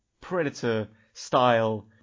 Predator-style